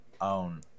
own